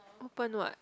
open what